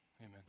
Amen